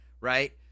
right